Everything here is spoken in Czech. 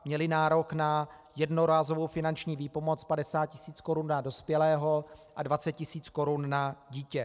Měli nárok na jednorázovou finanční výpomoc 50 tisíc korun na dospělého a 20 tisíc korun na dítě.